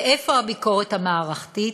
ואיפה הביקורת המערכתית?